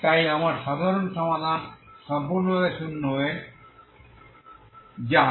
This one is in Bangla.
তাই আমার সাধারণ সমাধান সম্পূর্ণভাবে শূন্য হয়ে যায়